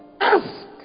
Ask